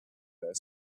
their